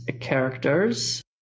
characters